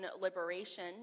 liberation